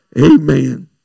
Amen